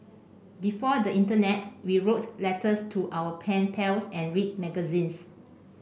before the internet we wrote letters to our pen pals and read magazines